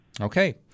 Okay